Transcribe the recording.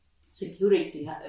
security